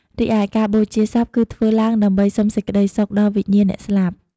រីឯការបូជាសពគឺធ្វើឡើងដើម្បីសុំសេចក្ដីសុខដល់វិញ្ញាណអ្នកស្លាប់។